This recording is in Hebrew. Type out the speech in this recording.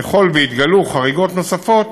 ככול שיתגלו חריגות נוספות,